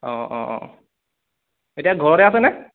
অঁ অঁ অঁ এতিয়া ঘৰতে আছে নে